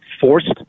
forced